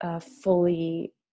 fully